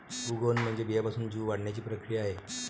उगवण म्हणजे बियाण्यापासून जीव वाढण्याची प्रक्रिया आहे